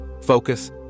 focus